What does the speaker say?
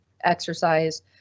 exercise